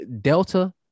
Delta